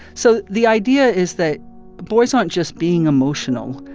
so the idea is that boys aren't just being emotional.